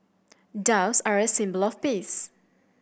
doves are a symbol of peace